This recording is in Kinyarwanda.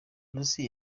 rossi